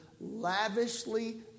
lavishly